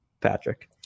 Patrick